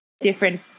different